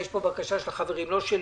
יש פה בקשה של החברים, לא שלי.